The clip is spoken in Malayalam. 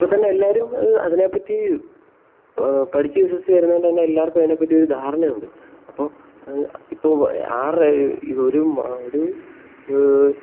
ഇപ്പോൾ തന്നെ എല്ലാവരും അതിനെപ്പറ്റി പഠിച്ച് വിശ്വസിച്ച് വരുന്നത് കൊണ്ട് തന്നെ എല്ലവർക്കും അതിനെപ്പറ്റി ഒരു ധാരണ ഉണ്ട് അപ്പോൾ അത് ഇപ്പോൾ ഒരു